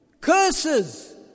curses